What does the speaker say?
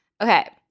Okay